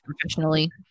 professionally